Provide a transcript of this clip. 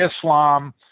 Islam